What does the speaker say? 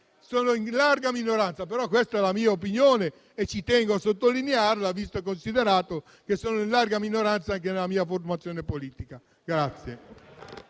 in larga minoranza, ma questa è la mia opinione e ci tengo a sottolinearla, visto e considerato che sono in larga minoranza anche nella mia formazione politica.